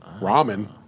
ramen